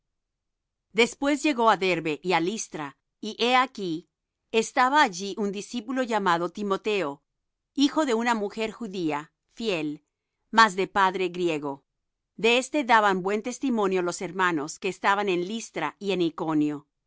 después llegó á derbe y á listra y he aquí estaba allí un discípulo llamado timoteo hijo de una mujer judía fiel mas de padre griego de éste daban buen testimonio los hermanos que estaban en listra y en iconio